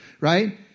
right